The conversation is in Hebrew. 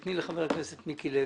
תני לחבר הכנסת מיקי לוי.